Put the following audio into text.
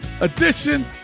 edition